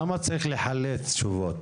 למה צריך לחלץ תשובות?